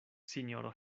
sinjoro